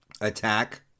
attack